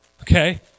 Okay